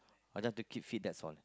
I just want to keep fit that's all